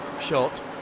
shot